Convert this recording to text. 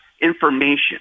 information